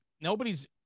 nobody's